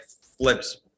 flips